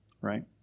right